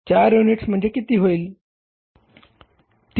4 units म्हणजेच किती होईल